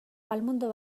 palmondo